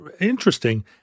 interesting